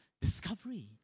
discovery